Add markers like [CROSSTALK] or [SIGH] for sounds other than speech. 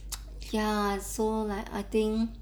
[NOISE] ya so like I think